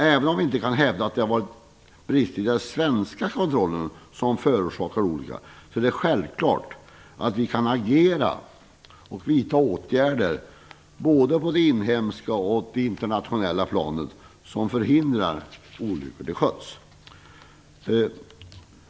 Även om vi inte kan hävda att det har varit brister i den svenska kontrollen som förorsakat olyckorna är det självklart att vi kan agera och vidta åtgärder både på det inhemska och det internationella planet som förhindrar olyckor till sjöss.